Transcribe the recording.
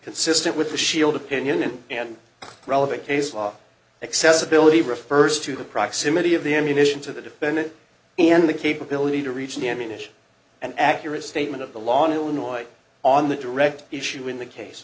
consistent with the shield opinion and relevant case law accessibility refers to the proximity of the ammunition to the defendant and the capability to reach the ammunition and accurate statement of the law on illinois on the direct issue in the case